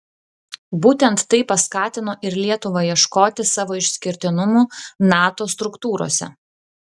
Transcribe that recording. būtent tai paskatino ir lietuvą ieškoti savo išskirtinumų nato struktūrose